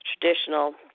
traditional